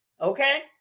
Okay